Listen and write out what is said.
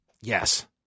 Yes